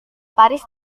paris